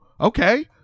Okay